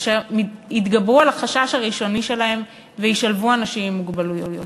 אשר יתגברו על החשש הראשוני שלהם וישלבו אנשים עם מוגבלויות.